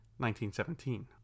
1917